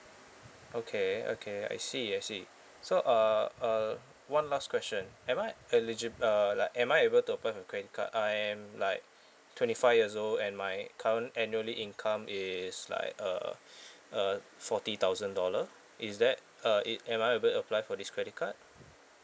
okay okay I see I see so uh uh one last question am I eligib~ uh like am I able to apply for a credit card I am like twenty five years old and my current annually income is like uh uh forty thousand dollar is that uh it am I able to apply for this credit card